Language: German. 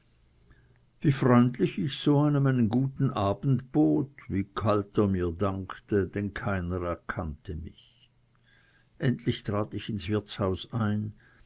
wie freundlich ich so einem einen guten abend bot wie kalt er mir dankte denn keiner erkannte mich endlich trat ich ins wirtshaus wo